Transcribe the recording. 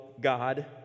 god